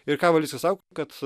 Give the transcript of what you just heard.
ir ką valickis sako kad